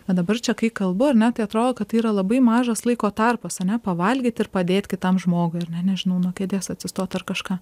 bet dabar čia kai kalbu ane tai atrodo kad tai yra labai mažas laiko tarpas ane pavalgyt ir padėt kitam žmogui ar ne nežinau nuo kėdės atsistot ar kažką